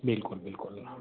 બિલકુલ બિલકુલ